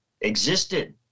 existed